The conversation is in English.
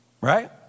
Right